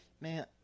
man